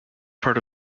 part